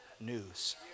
news